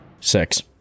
Six